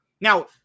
Now